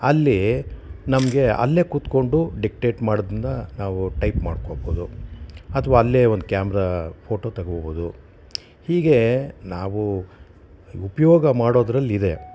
ಅಲ್ಲಿ ನಮಗೆ ಅಲ್ಲೇ ಕೂತ್ಕೊಂಡು ಡಿಕ್ಟೇಟ್ ಮಾಡಿದ್ದನ್ನು ನಾವು ಟೈಪ್ ಮಾಡ್ಕೊಬೋದು ಅಥ್ವಾ ಅಲ್ಲೇ ಒಂದು ಕ್ಯಾಮ್ರಾ ಫೋಟೋ ತಗೊಳ್ಬೋದು ಹೀಗೆ ನಾವು ಉಪಯೋಗ ಮಾಡೋದರಲ್ಲಿದೆ